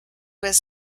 was